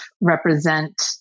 represent